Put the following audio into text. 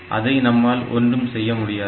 அதை நம்மால் ஒன்றும் செய்யமுடியாது